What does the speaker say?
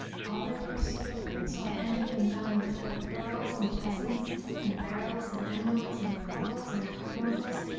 all their doors stood open so i entered and found them full of pearls and jacinths and beryls and emeralds and corals and car buncles,